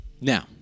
Now